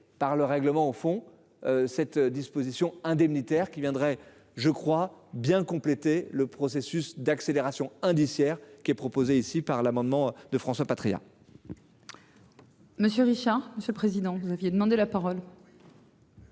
par le règlement au fond. Cette disposition indemnitaire qui viendrait, je crois bien compléter le processus d'accélération indiciaire qui est proposé ici par l'amendement de François Patriat. Monsieur Richard, monsieur le président vous aviez demandé la parole.